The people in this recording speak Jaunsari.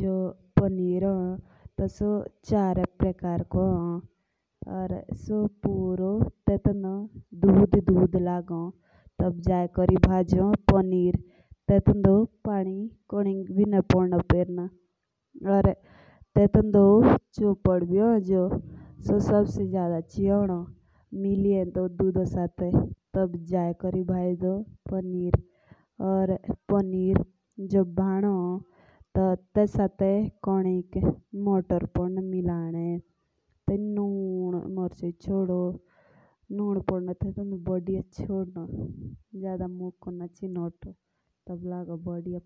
जो पनीर भी हो सियो दूधो को रो बने। दुधोक खूब कोदाओ या टेंडा निम्बू अटेरो जेटुली एसईओ फोटो या